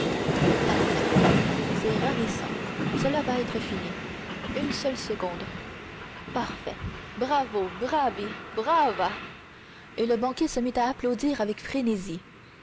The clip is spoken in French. c'est ravissant cela va être fini une seule seconde parfait bravo bravi brava et le banquier se mit à applaudir avec frénésie